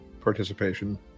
participation